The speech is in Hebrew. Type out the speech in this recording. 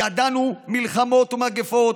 ידענו מלחמות ומגפות,